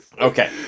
Okay